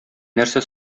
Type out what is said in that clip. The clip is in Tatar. нәрсә